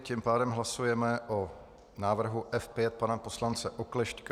Tím pádem hlasujeme o návrhu F5 pana poslance Oklešťka.